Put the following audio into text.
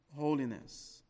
holiness